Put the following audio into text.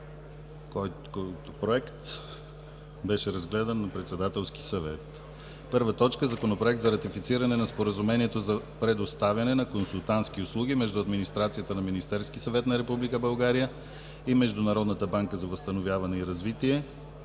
който беше разгледан на Председателския съвет: 1. Законопроект за ратифициране на Споразумението за предоставяне на консултантски услуги между администрацията на Министерския съвет на Република България и Международната банка за възстановяване и развитие.